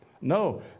No